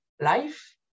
life